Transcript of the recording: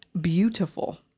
beautiful